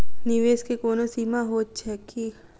निवेश केँ कोनो सीमा होइत छैक की?